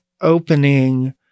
opening